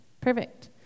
Perfect